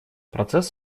процесс